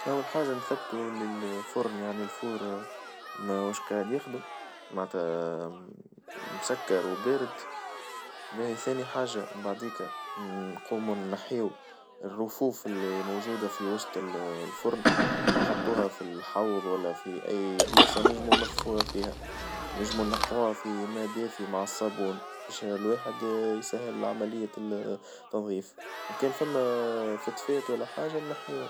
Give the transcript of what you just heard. أول حاجة نثبتو للفرن يعني الفور مهواش قاعد يخدم معنتها مسكر وبارد، ثاني حاجة بعديكا نقومو نحيو الرفوف اللي موجودة في وسط الفرن نحطوها في الحوظ والا في أي بلاصة نجمو ننظفوها فيها نجمو نقعوها في ماء دافي مع الصابون، باش الواحد يسهل عملية التنظيف، وكاين فيها فتفات والا حاجة نحيوها.